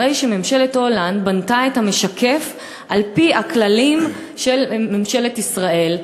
הרי ממשלת הולנד בנתה את המשקף על-פי הכללים של ממשלת ישראל,